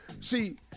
See